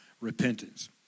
repentance